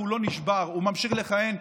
הוא לא נשבר, הוא ממשיך לכהן.